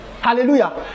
Hallelujah